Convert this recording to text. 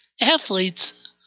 Athletes